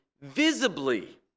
visibly